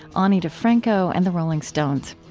ani difranco, and the rolling stones.